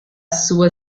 sua